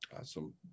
awesome